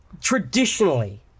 traditionally